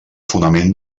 fonament